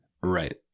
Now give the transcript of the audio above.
Right